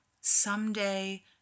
Someday